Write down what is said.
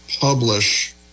publish